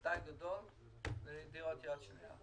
למדי לדירות יד שנייה.